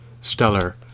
stellar